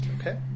Okay